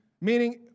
meaning